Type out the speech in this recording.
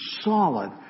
solid